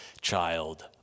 child